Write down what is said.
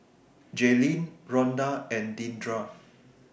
Jaylyn Rhonda and Deandra